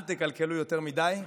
אל תקלקלו יותר מדי.